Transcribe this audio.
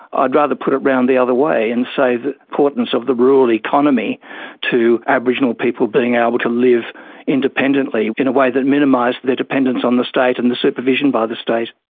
i'd rather put it round the other way and say the importance of the rural economy to aboriginal people being able to live independently in a way that minimised their dependence on the state and the supervision by the state.